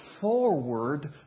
forward